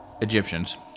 Egyptians